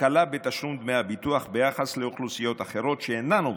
הקלה בתשלום דמי הביטוח ביחס לאוכלוסיות אחרות שאינן עובדות.